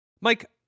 Mike